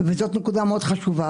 אבל זאת נקודה מאוד חשובה.